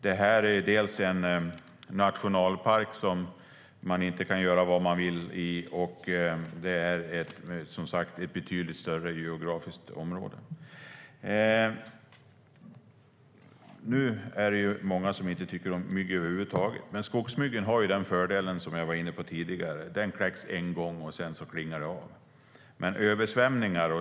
Det här är en nationalpark som man inte kan göra vad man vill med, och det är som sagt ett betydligt större geografiskt område. Det är många som inte tycker om mygg över huvud taget. Men skogsmyggan har, vilket jag var inne på tidigare, fördelen att den kläcks en gång, och sedan klingar det av.